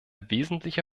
wesentliche